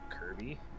Kirby